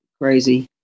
crazy